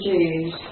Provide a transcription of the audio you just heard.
Jews